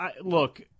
look